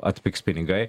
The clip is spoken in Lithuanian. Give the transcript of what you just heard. atpigs pinigai